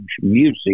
music